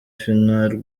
final